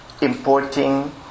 importing